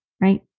right